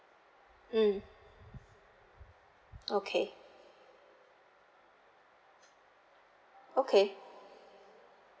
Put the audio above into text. mm okay okay